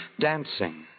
Dancing